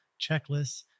checklists